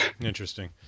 Interesting